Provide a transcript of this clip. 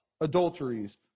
adulteries